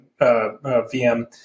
VM